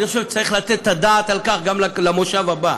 אני חושב שצריך לתת את הדעת על כך גם למושב הבא.